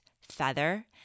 feather